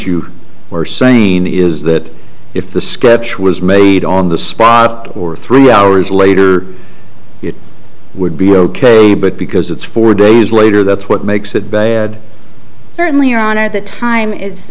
you were saying is that if the script was made on the spot or three hours later it would be ok but because it's four days later that's what makes it bad certainly around at the time is